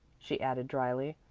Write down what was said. she added dryly.